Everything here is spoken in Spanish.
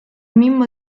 mismo